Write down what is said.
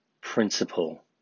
principle